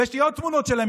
ויש לי עוד תמונות שלהם,